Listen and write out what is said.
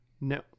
No